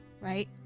right